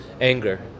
anger